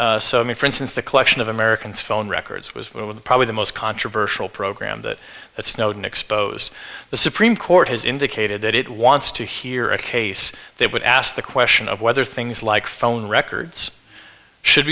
so i mean for instance the collection of americans phone records was probably the most controversial program that that snowden exposed the supreme court has indicated that it wants to hear a case that would ask the question of whether things like phone records should